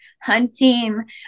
hunting